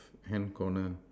hand corner